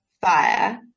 fire